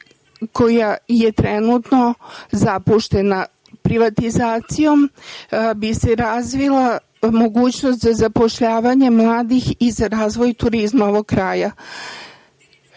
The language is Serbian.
koja je trenutno zapuštena. Privatizacijom bi se razvila mogućnost za zapošljavanje mladih i za razvoj turizma ovog kraja.